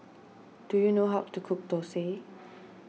do you know how to cook Thosai